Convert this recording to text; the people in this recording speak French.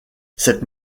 cette